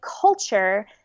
culture